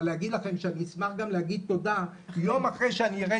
אבל להגיד לכם שאני אשמח גם להגיד תודה יום אחרי שאני אראה